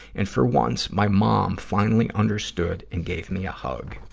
and for once, my mom finally understood and gave me a hug.